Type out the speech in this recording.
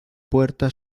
puerta